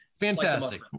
Fantastic